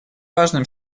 важным